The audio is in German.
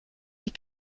die